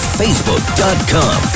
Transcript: facebook.com